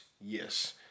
yes